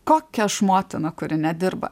kokia aš motina kuri nedirba